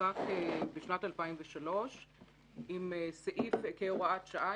חוקק בשנת 2003 כהוראת שעה,